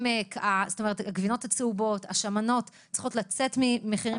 הגבינות הצהובות והשמנת צריכות לצאת ממחירים